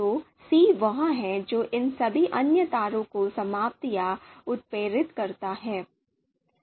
तो सी वह है जो इन सभी अन्य तारों को समाप्त या उत्प्रेरित करता है